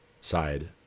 side